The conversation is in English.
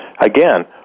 again